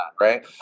right